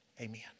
Amen